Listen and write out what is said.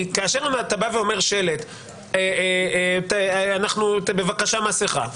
כאשר יש שלט "בבקשה מסכה",